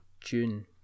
June